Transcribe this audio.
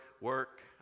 work